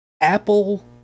apple